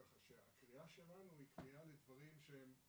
ככה שהקריאה שלנו היא קריאה לצעדים